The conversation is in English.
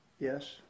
yes